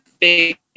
big